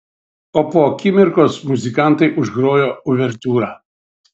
o po akimirkos muzikantai užgrojo uvertiūrą